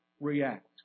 react